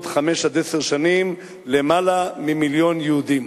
חמש עד עשר שנים למעלה ממיליון יהודים.